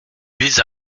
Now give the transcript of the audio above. vise